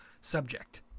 subject